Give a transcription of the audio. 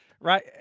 Right